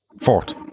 Fourth